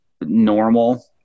normal